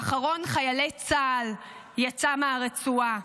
ואחרון חיילי צה"ל יצא מהרצועה.